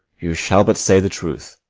you shall but say the truth.